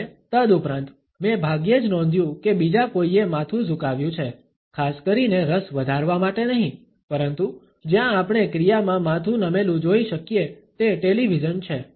અને તદુપરાંત મેં ભાગ્યે જ નોધ્યુ કે બીજા કોઈએ માથું ઝુકાવ્યું છે ખાસ કરીને રસ વધારવા માટે નહીં પરંતુ જ્યાં આપણે ક્રિયામાં માથું નમેલું જોઈ શકીએ તે ટેલિવિઝન છે